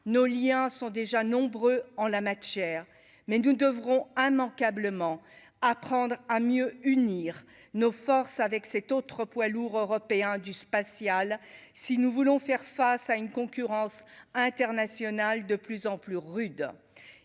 nos Liens sont déjà nombreux en la matière, mais nous ne devrons immanquablement, apprendre à mieux unir nos forces avec 7 autres poids lourds européens du spatial, si nous voulons faire face à une concurrence internationale de plus en plus rude,